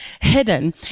hidden